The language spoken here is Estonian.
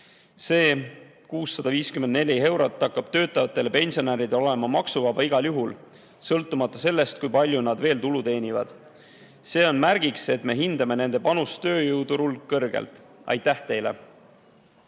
See 654 eurot hakkab töötavatele pensionäridele olema maksuvaba igal juhul, sõltumata sellest, kui palju nad veel tulu teenivad. See on märgiks, et me hindame nende panust tööjõuturul kõrgelt. Aitäh teile!